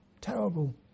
Terrible